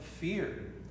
fear